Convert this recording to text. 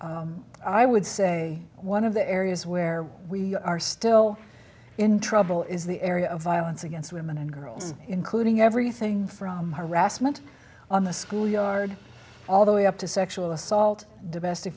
issues i would say one of the areas where we are still in trouble is the area of violence against women and girls including everything from harassment on the schoolyard all the way up to sexual assault domestic